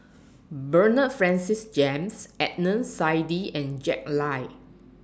Bernard Francis James Adnan Saidi and Jack Lai